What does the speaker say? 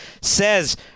says